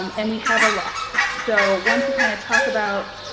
um and we have a lot. so once we kind of talk about